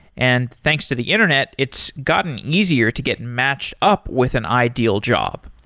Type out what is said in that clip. and thanks to the internet, it's gotten easier to get matched up with an ideal job.